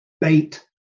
bait